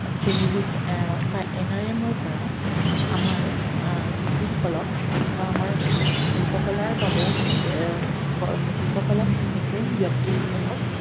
খুলি দিছে বা এন আৰ এমৰপৰা আমাৰ শিল্পীসকলক বা আমাৰ শিল্পকলাৰ বাবে শিল্পকলাত নিপুণ ব্যক্তিসকলক